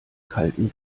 kalten